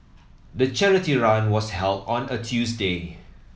the charity run was held on a Tuesday